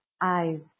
eyes